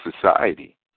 society